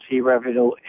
revenue